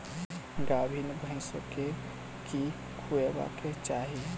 गाभीन भैंस केँ की खुएबाक चाहि?